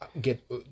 get